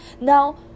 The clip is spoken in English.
now